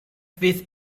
fydd